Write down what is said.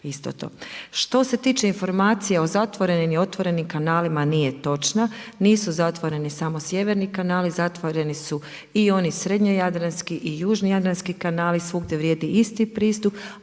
isto to. Što se tiče informacije o zatvorenim i otvorenim kanalima nije točna, nisu zatvoreni samo sjeverni kanali, zatvoreni su i oni srednje jadranski i južni jadranski kanali. Svugdje vrijedi isti pristup,